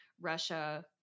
Russia